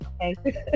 Okay